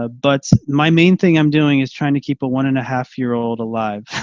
ah but my main thing i'm doing is trying to keep a one and a half year old alive.